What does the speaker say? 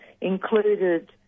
included